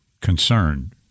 concerned